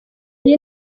iyi